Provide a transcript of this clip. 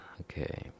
Okay